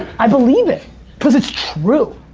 i believe it cause it's true.